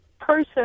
person